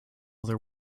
their